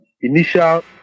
initial